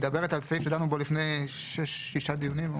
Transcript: את מדברת על סעיף שדנו בו לפני שישה דיונים?